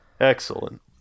Excellent